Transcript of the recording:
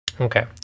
Okay